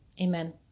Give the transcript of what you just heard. Amen